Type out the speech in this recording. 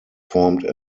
formed